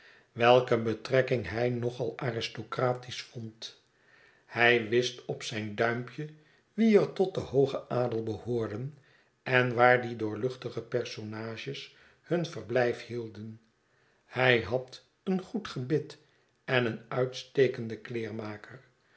welke betrekking hij nog al aristocratisch vond hij wist op zijn duimpje wie er tot den hoogen adel behoorden en waar die doorluchtige personages hun verbltjf hield en hij had een goed gebit en een uitstekenden kleermaker